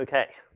okay.